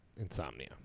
Insomnia